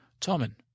Tommen